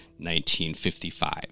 1955